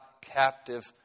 captive